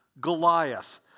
Goliath